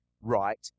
right